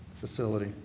facility